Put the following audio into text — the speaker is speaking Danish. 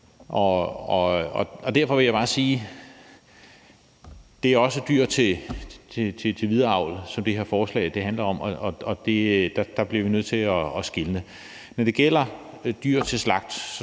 Derfor vil jeg bare sige, at det også er dyr til videreavl, som det her forslag handler om, og der bliver vi nødt til at skelne. Når det gælder dyr til slagtning,